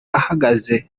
ahagaze